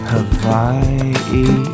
Hawaii